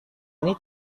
ini